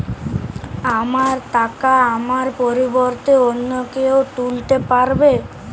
আমার টাকা আমার পরিবর্তে অন্য কেউ তুলতে পারবে?